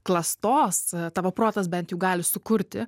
klastos tavo protas bent jau gali sukurti